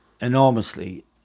enormously